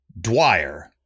Dwyer